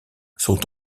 sont